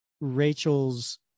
rachel's